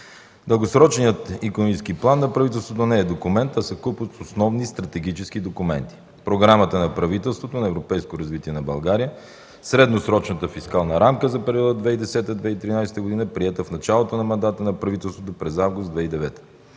Дългосрочният икономически план на правителството не е документ, а съвкупност от основни стратегически документи – Програмата на правителството за европейско развитие на България, Средносрочната фискална рамка за периода 2010-2013 г., приета в началото на мандата на правителството през август 2009